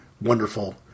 wonderful